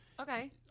Okay